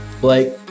Blake